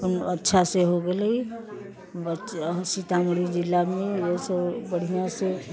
अपन अच्छासँ हो गेलै ब सीतामढ़ी जिलामे जैसे बढ़िआँसँ